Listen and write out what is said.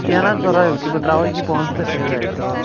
کیٚنٛہہ نہ حظ پرواے کہِ بہٕ ترٛاوَے یہِ پونٛسہٕ تہٕ کٔرِو رِیجِسٹرٛیشَن